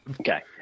Okay